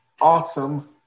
awesome